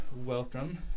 Welcome